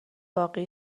باقی